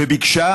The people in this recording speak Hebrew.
וביקשה